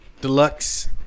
deluxe